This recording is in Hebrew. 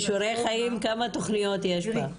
לא, בכישורי חיים, כמה תכניות יש בה.